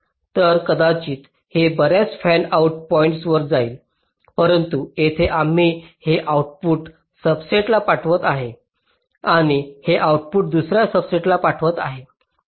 तर कदाचित हे बर्याच फॅनआउट पॉईंट्सवर जाईल परंतु येथे आम्ही हे आउटपुट सबसेटला पाठवित आहे आणि हे आउटपुट दुसर्या सबसेटला पाठवित आहे